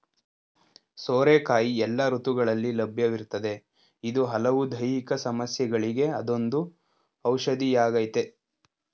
ಸೋರೆಕಾಯಿ ಎಲ್ಲ ಋತುಗಳಲ್ಲಿ ಲಭ್ಯವಿರ್ತದೆ ಇದು ಹಲವು ದೈಹಿಕ ಸಮಸ್ಯೆಗಳಿಗೆ ಅದೊಂದು ಔಷಧಿಯಾಗಯ್ತೆ